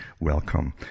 welcome